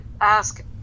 ask